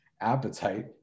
appetite